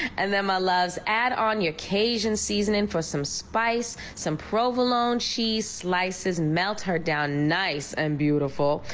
and then my loves add on your cajun seasoning for some spice, some provolone cheese slices melt her down nice and beautiful.